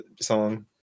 song